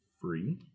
Free